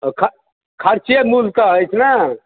ख खर्चे मूलतः अछि ने